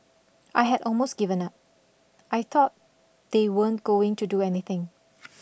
I had almost given up I thought they weren't going to do anything